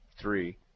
three